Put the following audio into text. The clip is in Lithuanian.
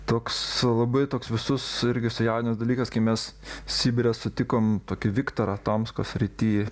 toks labai toks visus irgi sujaudinęs dalykas kai mes sibire sutikom tokį viktorą tomsko srity